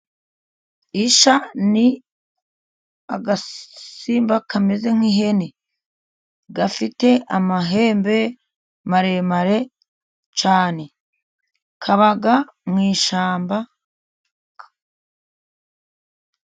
Isha ni agasimba kameze nk'ihene gafite amahembe maremare cyane, kaba mu ishyamba.